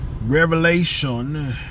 Revelation